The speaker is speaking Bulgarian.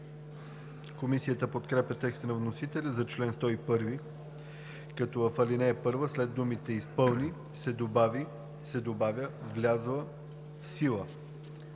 Комисията подкрепя текста на вносителя за чл. 101, като в ал. 1 след думата „изпълни“ се добавя „влязла в сила“.